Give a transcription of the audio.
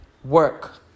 work